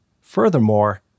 Furthermore